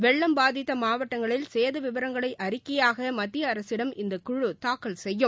வெள்ளம் பாதித்த மாவட்டங்களில் சேத விவரங்களை அறிக்கையாக மத்திய அரசிடம் இந்த குழு தாக்கல் செய்யும்